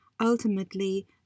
ultimately